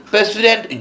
President